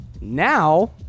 Now